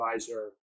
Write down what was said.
advisor